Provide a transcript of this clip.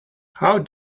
how